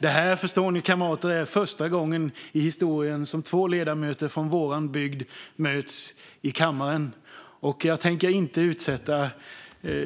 Detta, förstår ni kamrater, är första gången i historien som två ledamöter från vår bygd möts i kammaren. Jag tänker inte utsätta